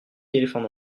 éléphants